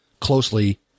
closely